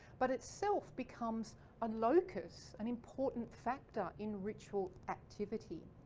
but itself becomes a locus. an important factor in ritual activity.